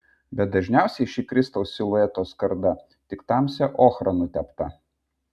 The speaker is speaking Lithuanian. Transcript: bet dažniausiai ši kristaus silueto skarda tik tamsia ochra nutepta